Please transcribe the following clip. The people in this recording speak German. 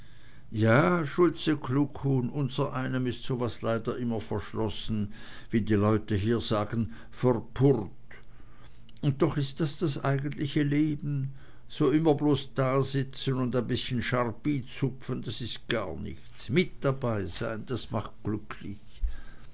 ja schulze kluckhuhn unsereinem ist so was leider immer verschlossen oder wie die leute hier sagen verpurrt und doch ist das das eigentliche leben so immer bloß einsitzen und ein bißchen scharpie zupfen das ist gar nichts mit dabeisein das macht glücklich